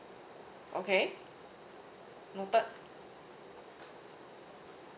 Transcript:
okay noted